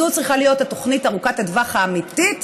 זו צריכה להיות התוכנית ארוכת הטווח האמיתית,